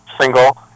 single